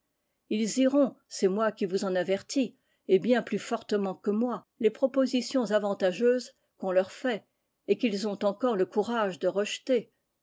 ils iront c'est moi qui vous en avertis et bien plus fortement que moi les propositions avantageuses qu'on leur fait et qu'ils ont encore le courage de rejeter